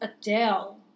Adele